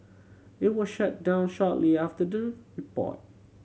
it was shut down shortly after the report